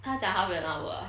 他讲 half an hour ah